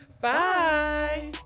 Bye